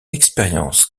expérience